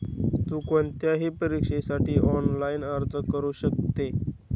तु कोणत्याही परीक्षेसाठी ऑनलाइन अर्ज करू शकते